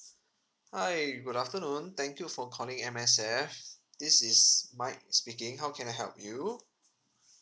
hi good afternoon thank you for calling M_S_F this is mike speaking how can I help you